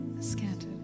scattered